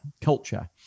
culture